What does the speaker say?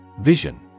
Vision